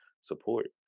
support